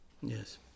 Yes